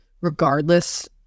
regardless